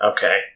Okay